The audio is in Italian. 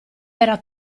era